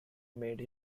made